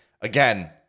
again